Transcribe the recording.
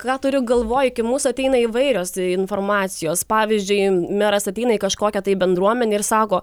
ką turiu galvoj iki mūsų ateina įvairios informacijos pavyzdžiui meras ateina į kažkokią tai bendruomenę ir sako